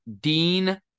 dean